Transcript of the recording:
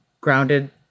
grounded